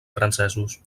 francesos